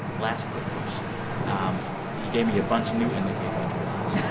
last quick question um you gave me a bunch of new indicators to watch yeah